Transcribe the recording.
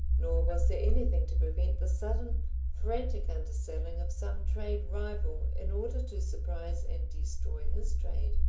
nor was there anything to prevent the sudden frantic underselling of some trade rival in order to surprise and destroy his trade,